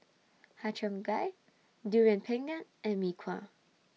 Har Cheong Gai Durian Pengat and Mee Kuah